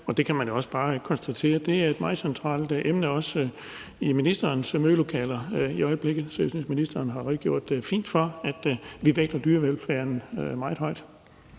det er et meget centralt emne i ministerens mødelokaler i øjeblikket. Så jeg synes, at ministeren har redegjort fint for, at vi vægter dyrevelfærden meget højt.